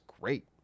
great